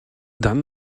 dann